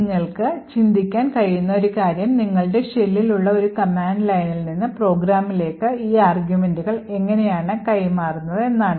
നിങ്ങൾക്ക് ചിന്തിക്കാൻ കഴിയുന്ന ഒരു കാര്യം നിങ്ങളുടെ ഷെല്ലിൽ ഉള്ള കമാൻഡ് ലൈനിൽ നിന്ന് പ്രോഗ്രാമിലേക്ക് ഈ ആർഗ്യുമെന്റുകൾ എങ്ങനെയാണ് കൈമാറുന്നത് എന്നതാണ്